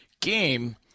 game –